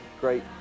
great